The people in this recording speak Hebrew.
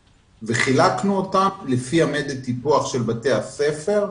וחילקנו אותם לפי המדד טיפוח של בתי הספר.